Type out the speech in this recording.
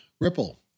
Ripple